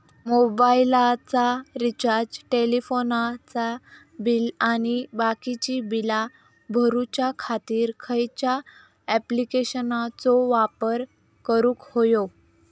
मोबाईलाचा रिचार्ज टेलिफोनाचा बिल आणि बाकीची बिला भरूच्या खातीर खयच्या ॲप्लिकेशनाचो वापर करूक होयो?